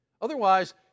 Otherwise